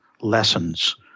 lessons